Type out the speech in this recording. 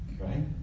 right